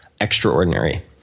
extraordinary